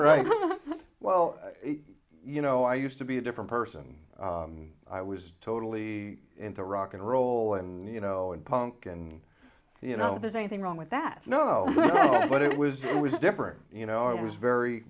right well you know i used to be a different person i was totally into rock and roll and you know and punk and you know there's anything wrong with that you know what it was it was different you know i was very